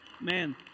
Man